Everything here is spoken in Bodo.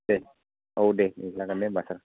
दे औ दे जागोन दे होमबा सार